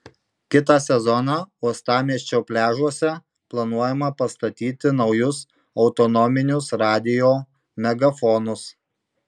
kitą sezoną uostamiesčio pliažuose planuojama pastatyti naujus autonominius radijo megafonus